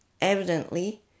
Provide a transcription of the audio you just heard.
evidently